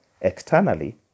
Externally